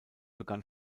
begann